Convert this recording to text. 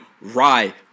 Rye